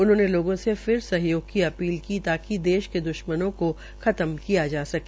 उन्होंने लोगों से फिर सहयोग की अपील की ताकि देश के द्श्मनों को खत्म किया जा सके